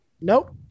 Nope